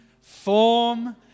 Form